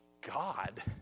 God